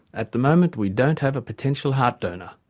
at the moment we don't have a potential heart donor.